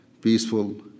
peaceful